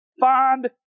Find